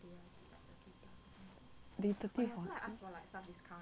they thirty forty mm